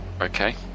Okay